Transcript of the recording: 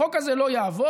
החוק הזה לא יעבור,